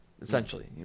essentially